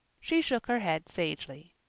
she shook her head sagely.